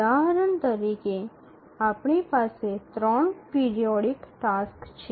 ઉદાહરણ તરીકે આપણી પાસે ૩ પિરિયોડિક ટાસક્સ છે